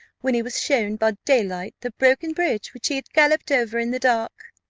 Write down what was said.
when he was shown by daylight the broken bridge which he had galloped over in the dark.